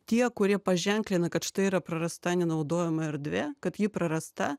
tie kurie paženklina kad štai yra prarasta nenaudojama erdvė kad ji prarasta